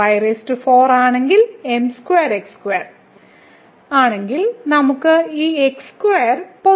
y4 ആണെങ്കിൽ m2x2 ആണെങ്കിൽ നമുക്ക് ഈ x2 പൊതുവായേക്കാം